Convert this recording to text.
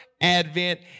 advent